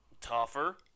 tougher